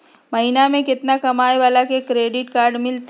महीना में केतना कमाय वाला के क्रेडिट कार्ड मिलतै?